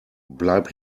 bleib